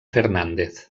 fernández